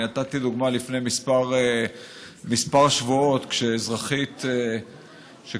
נתתי דוגמה לפני כמה שבועות כשאזרחית שכולנו